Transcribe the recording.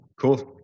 Cool